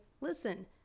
listen